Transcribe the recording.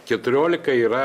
keturiolika yra